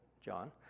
John